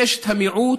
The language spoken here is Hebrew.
ויש המיעוט,